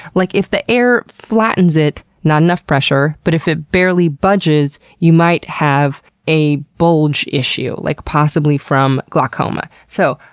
like, if the air flattens it, not enough pressure, but if it barely budges, you might have a bulge issue. like possibly from glaucoma. so,